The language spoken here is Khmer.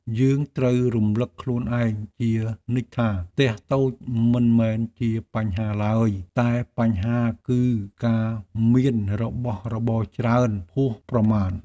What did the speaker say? យើងត្រូវរំលឹកខ្លួនឯងជានិច្ចថាផ្ទះតូចមិនមែនជាបញ្ហាឡើយតែបញ្ហាគឺការមានរបស់របរច្រើនហួសប្រមាណ។